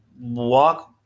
walk